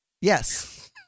yes